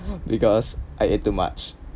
because I ate too much